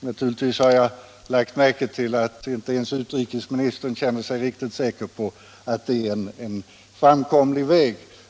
Naturligtvis har jag lagt märke till att inte ens utrikesministern känner sig riktigt säker på att det är en framkomlig väg.